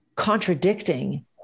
contradicting